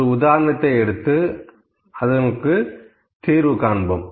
ஒரு உதாரணத்தை எடுத்து அதற்கு தீர்வு காண்போம்